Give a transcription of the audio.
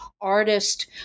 artist